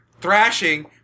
thrashing